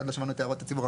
לא שמענו את הערות הציבור.